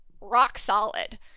rock-solid